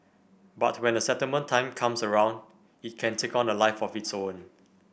but when the settlement time comes around it can take on a life of its own